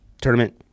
tournament